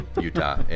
Utah